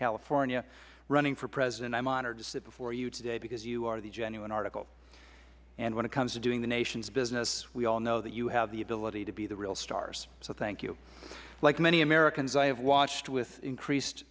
california running for president i am honored to sit before you today because you are the genuine article when it comes to doing the nation's business we all know that you have the ability to be the real stars so thank you like many americans i have watched with increased